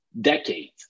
decades